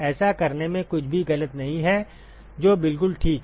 ऐसा करने में कुछ भी गलत नहीं है जो बिल्कुल ठीक है